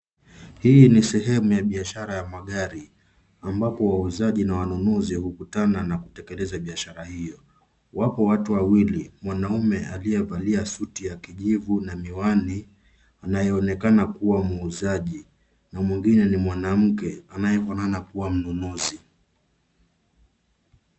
Hii ni sehemu ya biashara ya magari amabapo wauzaji na wanunuzi hukutana na kutekeleza biashara hiyo. Wapo watu wawili. Mwanaume aliyevalia suti ya kijivu na miwani anayeonekana kuwa muuzaji na mwingine ni mwanamke anayekua mnunuzi.